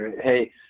hey